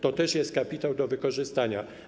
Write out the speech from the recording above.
To też jest kapitał do wykorzystania.